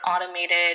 automated